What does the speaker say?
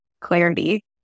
clarity